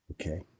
Okay